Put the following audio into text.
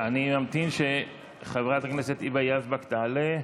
אני אמתין שחברת הכנסת היבה יזבק תעלה.